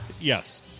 Yes